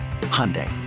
Hyundai